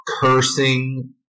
cursing